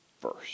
first